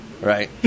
Right